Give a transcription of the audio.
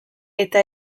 eta